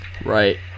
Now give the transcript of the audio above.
Right